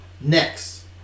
Next